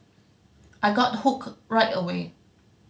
I got hooked right away